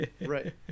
Right